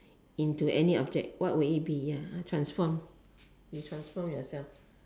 into any object what would it be ya transform you transform yourself